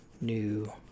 New